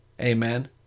Amen